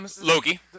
Loki